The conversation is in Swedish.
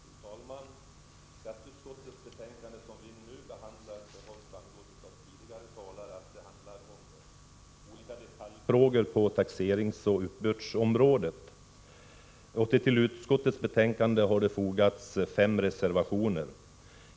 Fru talman! Skatteutskottets betänkande som vi nu behandlar rör, som framgått av tidigare talare, olika detaljfrågor på taxeringsoch uppbördsområdet. Till utskottets betänkande har det fogats fem reservationer.